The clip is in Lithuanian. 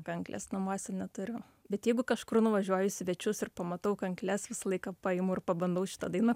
kanklės namuose neturiu bet jeigu kažkur nuvažiuoju į svečius ir pamatau kankles visą laiką paimu ir pabandau šitą dainą